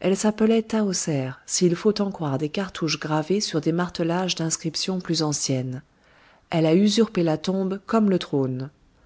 elle s'appelait tahoser s'il faut en croire des cartouches gravés sur des martelages d'inscriptions plus anciennes elle a usurpé la tombe comme le trône